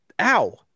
ow